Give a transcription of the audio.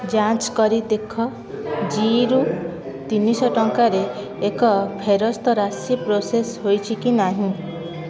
ଯାଞ୍ଚ କରି ଦେଖ ଜୀରୁ ତିନିଶହ ଟଙ୍କାରେ ଏକ ଫେରସ୍ତ ରାଶି ପ୍ରୋସେସ୍ ହୋଇଛି କି ନାହିଁ